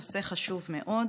נושא חשוב מאוד.